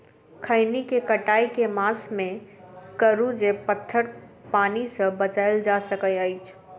खैनी केँ कटाई केँ मास मे करू जे पथर पानि सँ बचाएल जा सकय अछि?